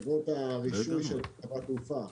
אגרות הרישוי של חברת תעופה,